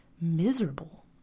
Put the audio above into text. miserable